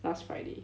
last friday